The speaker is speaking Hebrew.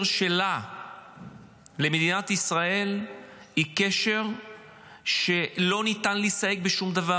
שלה למדינת ישראל הוא קשר שלא ניתן לסייג בשום דבר.